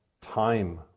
time